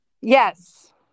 Yes